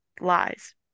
lies